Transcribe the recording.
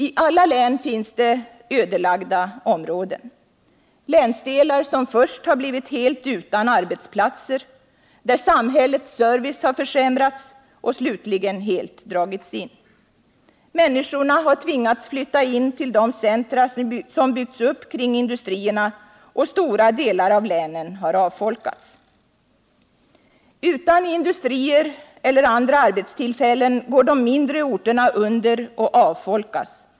I alla län finns ödelagda områden — länsdelar som först blivit helt utan arbetsplatser, där samhällets service försämrats och slutligen helt dragits in. Människorna har tvingats flytta in till de centra som byggts upp kring industrierna, och stora delar av länen har avfolkats. Utan industrier eller andra arbetstillfällen går de mindre orterna under och avfolkas.